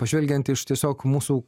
pažvelgiant iš tiesiog mūsų